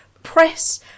press